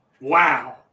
wow